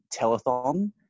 telethon